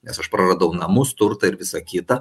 nes aš praradau namus turtą ir visa kita